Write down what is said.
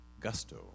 gusto